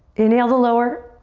inhale to lower.